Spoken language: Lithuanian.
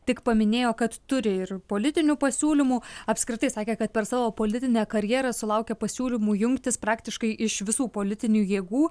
tik paminėjo kad turi ir politinių pasiūlymų apskritai sakė kad per savo politinę karjerą sulaukė pasiūlymų jungtis praktiškai iš visų politinių jėgų